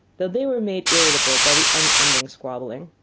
though they were made irritable by the unending squabbling.